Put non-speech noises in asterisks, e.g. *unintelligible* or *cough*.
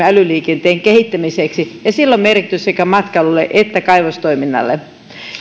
*unintelligible* älyliikenteen kehittämiseksi ja sillä on merkitys sekä matkailulle että kaivostoiminnalle